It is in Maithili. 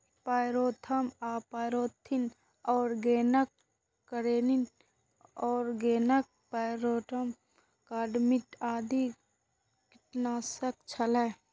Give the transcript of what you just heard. पायरेथ्रम आ pyrethrin, organochlorine, organophosphorus, carbamate आदि कीटनाशक छियै